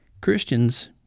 Christians